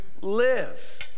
live